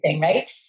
right